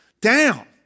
down